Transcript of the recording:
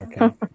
Okay